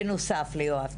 בנוסף ליואב.